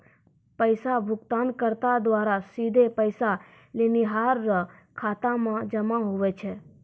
पैसा भुगतानकर्ता द्वारा सीधे पैसा लेनिहार रो खाता मे जमा हुवै छै